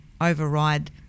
override